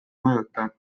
mõjuta